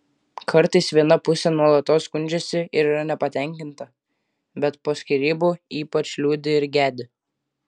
kartais viena pusė nuolatos skundžiasi ir yra nepatenkinta bet po skyrybų ypač liūdi ir gedi